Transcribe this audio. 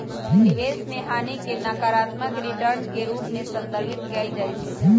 निवेश में हानि के नकारात्मक रिटर्न के रूप में संदर्भित कएल जाइ छइ